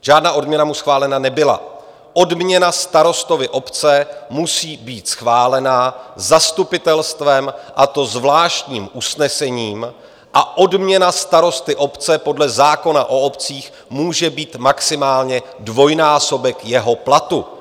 Žádná odměna mu schválena nebyla, odměna starostovi obce musí být schválena zastupitelstvem, a to zvláštním usnesením, a odměna starosty obce podle zákona o obcích může být maximálně dvojnásobek jeho platu.